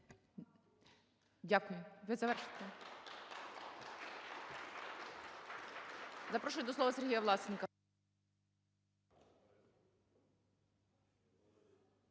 Дякую. Ви завершили?